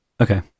Okay